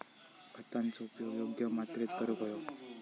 खतांचो उपयोग योग्य मात्रेत करूक व्हयो